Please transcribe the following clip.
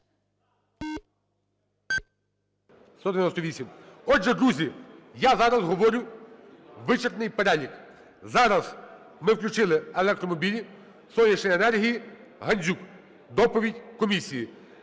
Отже, друзі, я зараз говорю вичерпний перелік. Зараз ми включили електромобілі, сонячну енергію, Гандзюк (доповідь комісії).